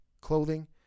clothing